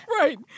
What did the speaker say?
Right